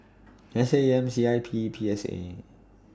S A M C I P P S A